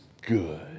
good